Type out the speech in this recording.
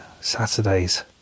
Saturdays